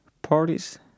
parties